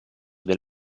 del